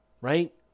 right